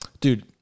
dude